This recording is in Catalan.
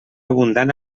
abundant